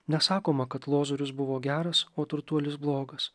nesakoma kad lozorius buvo geras o turtuolis blogas